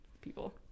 people